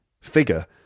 figure